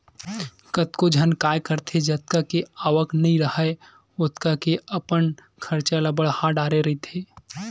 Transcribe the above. कतको झन काय करथे जतका के आवक नइ राहय ओतका के अपन खरचा ल बड़हा डरे रहिथे